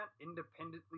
independently